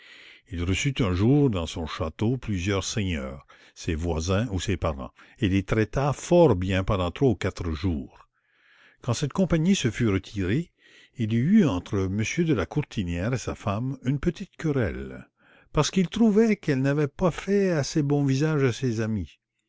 il reçut un jour dans son château plusieurs seigneurs ses voisins ou ses parens et les traita fort bien pendant trois ou quatre jours quand cette compagnie se fut retirée il y eut entre m de la courtinière et sa femme une petite querelle parce qu'il trouvait qu'elle n'avait pas fait assez bon visage à ses amis